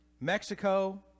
Mexico